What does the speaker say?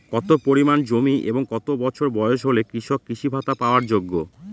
কত পরিমাণ জমি এবং কত বছর বয়স হলে কৃষক কৃষি ভাতা পাওয়ার যোগ্য?